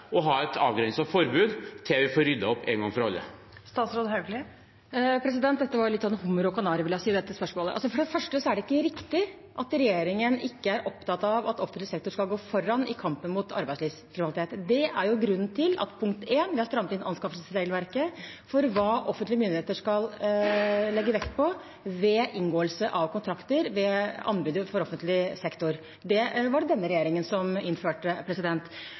ha et avgrenset forbud til vi får ryddet opp én gang for alle? Det var litt hummer og kanari, vil jeg si, i dette spørsmålet. For det første er det ikke riktig at regjeringen ikke er opptatt av at offentlig sektor skal gå foran i kampen mot arbeidslivskriminalitet. Det er jo grunnen til at – punkt 1 – vi har strammet inn anskaffelsesregelverket for hva offentlige myndigheter skal legge vekt på ved inngåelse av kontrakter, ved anbud for offentlig sektor. Det var det denne regjeringen som innførte.